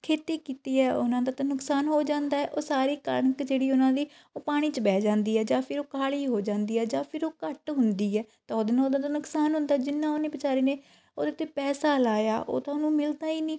ਖੇਤੀ ਕੀਤੀ ਹੈ ਉਹਨਾਂ ਦਾ ਤਾਂ ਨੁਕਸਾਨ ਹੋ ਜਾਂਦਾ ਉਹ ਸਾਰੀ ਕਣਕ ਜਿਹੜੀ ਉਹਨਾਂ ਦੀ ਉਹ ਪਾਣੀ 'ਚ ਬਹਿ ਜਾਂਦੀ ਹੈ ਜਾਂ ਫਿਰ ਉਹ ਕਾਲੀ ਹੋ ਜਾਂਦੀ ਹੈ ਜਾਂ ਫਿਰ ਉਹ ਘੱਟ ਹੁੰਦੀ ਹੈ ਤਾਂ ਉਹਦੇ ਨਾਲ਼ ਉਹਦਾ ਨੁਕਸਾਨ ਹੁੰਦਾ ਜਿੰਨਾਂ ਉਹਨੇ ਵਿਚਾਰੇ ਨੇ ਉਹਦੇ 'ਤੇ ਪੈਸਾ ਲਾਇਆ ਉਹ ਤਾਂ ਉਹਨੂੰ ਮਿਲਦਾ ਹੀ ਨਹੀਂ